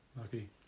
Lucky